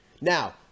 Now